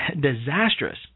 disastrous